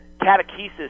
catechesis